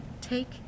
Take